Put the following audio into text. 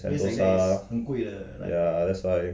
sentosa ya that's why